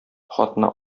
хатны